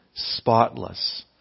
spotless